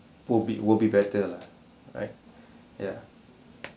will will be will be better lah right ya yup